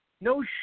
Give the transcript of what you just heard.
No